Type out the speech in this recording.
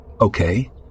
Okay